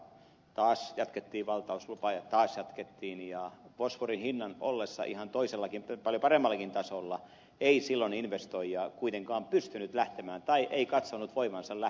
taas jatkettiin valtauslupaa ja taas jatkettiin ja fosforin hinnan ollessa ihan toisella paljon paremmallakin tasolla ei silloin investoija kuitenkaan pystynyt lähtemään tai ei katsonut voivansa lähteä liikkeelle siinä